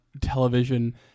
television